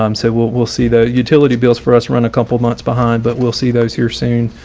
um so we'll we'll see the utility bills for us run a couple months behind but we'll see those here soon.